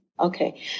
Okay